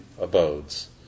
abodes